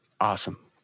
Awesome